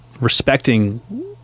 respecting